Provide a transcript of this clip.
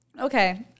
okay